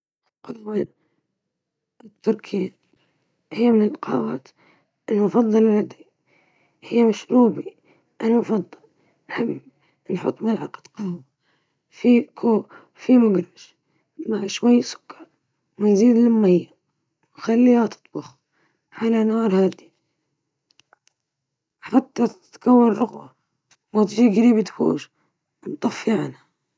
مشروبي المفضل هو الشاي الأخضر، أحضره بإضافة أوراق الشاي إلى ماء مغلي وتركه ينقع لبضع دقائق، ثم أضيف قليلًا من العسل أو الليمون حسب الرغبة.